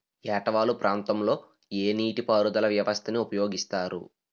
ఏట వాలు ప్రాంతం లొ ఏ నీటిపారుదల వ్యవస్థ ని ఉపయోగిస్తారు?